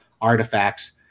artifacts